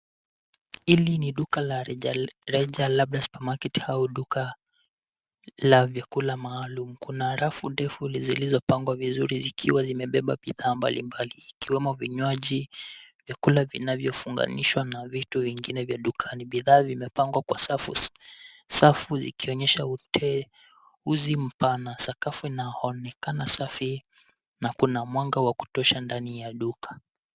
Hili ni duka la rejareja labda supermarket au duka la vyakula maalum. Kuna rafu ndefu zilizopangwa vizuri zikiwa zimebeba bidhaa mbalimbali. Ikiwemo vinywaji, vyakula vinavyofunganishwa na vitu vingine vya dukani. Bidhaa vimepangwa kwa safu zikionyesha uteuzi mpana. Sakafu inaonekana safi na kuna mwanga wa kutosha ndani ya duka.